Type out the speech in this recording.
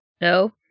no